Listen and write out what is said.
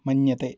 मन्यते